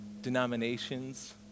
denominations